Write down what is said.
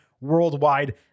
worldwide